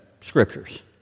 Scriptures